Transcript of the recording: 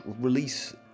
release